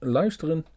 luisteren